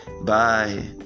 bye